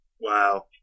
wow